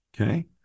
Okay